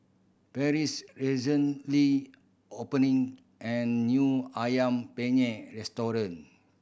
Parrish recently opening an new Ayam Penyet restaurant